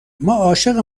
عاشق